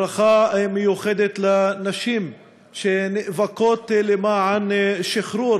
וברכה מיוחדת לנשים שנאבקות למען שחרור